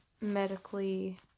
medically